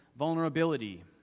Vulnerability